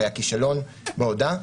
היה כישלון בשליחה,